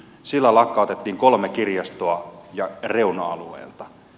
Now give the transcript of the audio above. sillä lakkautettiin kolme kirjastoa ja reuna alueelta